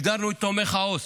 הגדרנו את תומך העו"ס.